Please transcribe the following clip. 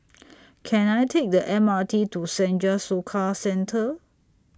Can I Take The M R T to Senja Soka Centre